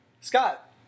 Scott